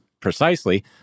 precisely